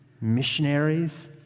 missionaries